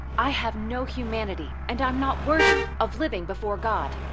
i have no humanity and i'm not worthy of living before god.